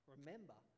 Remember